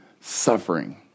suffering